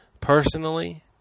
personally